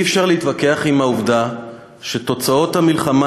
אי-אפשר להתווכח עם העובדה שתוצאות המלחמה